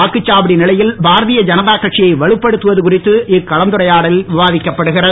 வாக்குச்சாவடி நிலையில் பாரதிய தனதா கட்சியை வலுப்படுத்துவது குறித்து இக்கலந்துரையாடலில் விவாதிக்கப்படுகிறது